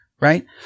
Right